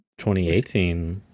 2018